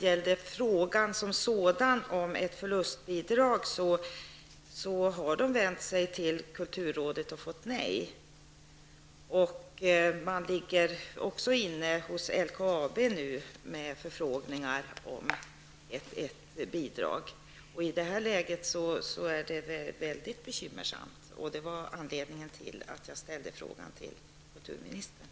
I frågan om ett förlustbidrag har gruppen vänt sig till kulturrådet och fått nej på sin ansökan. Man har också gjort förfrågningar hos LKAB om bidrag. Läget är mycket bekymmersamt, och det var anledningen till att jag ställde frågan till utbildningsministern.